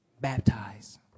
Baptize